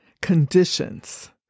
conditions